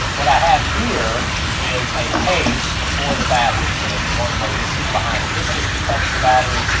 what i have here is a case for the battery, so if you're wondering what this is behind it, this just protects the battery.